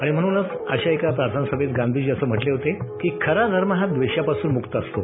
आणि म्हणूनच अशा एका प्रार्थना सभेत गांधीजी असं म्हटले होते की खरा धर्म हा द्वेषापासून मुक्त असतो